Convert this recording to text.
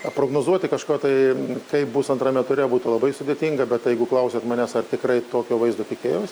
ką prognozuoti kažko tai kaip bus antrame ture būtų labai sudėtinga bet jeigu klausiat manęs ar tikrai tokio vaizdo tikėjausi